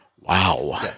Wow